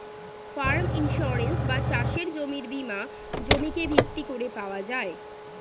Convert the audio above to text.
farm insurance বা চাষের জমির বীমা জমিকে ভিত্তি করে পাওয়া যায়